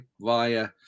via